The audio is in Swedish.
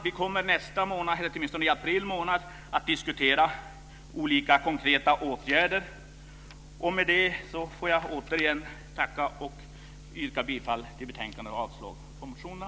Vi kommer i nästa månad, eller åtminstone i april månad, att diskutera olika konkreta åtgärder. Och därmed får jag återigen yrka bifall till hemställan i betänkandet och avslag på reservationerna.